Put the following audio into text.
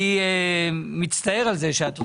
אני מצטער על זה שאת עוזבת,